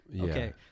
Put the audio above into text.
okay –